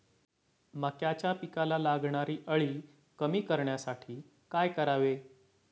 मक्याच्या पिकाला लागणारी अळी कमी करण्यासाठी काय करावे?